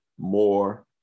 more